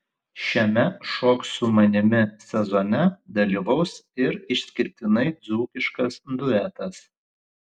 šiame šok su manimi sezone dalyvaus ir išskirtinai dzūkiškas duetas